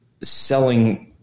selling